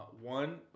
one